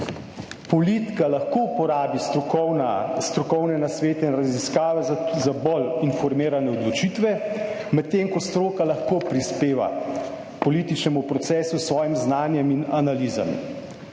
Politika lahko uporabi strokovne nasvete in raziskave za bolj informirane odločitve, medtem ko stroka lahko prispeva k političnemu procesu, s svojim znanjem in analizam,